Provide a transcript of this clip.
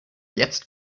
jetzt